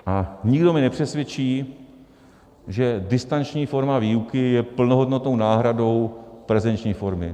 A nikdo mě nepřesvědčí, že distanční forma výuky je plnohodnotnou náhradou prezenční formy.